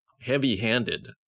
heavy-handed